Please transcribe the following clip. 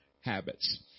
habits